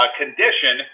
condition